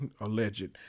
alleged